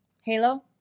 Halo